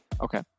Okay